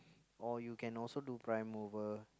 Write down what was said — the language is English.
or you can also do prime mover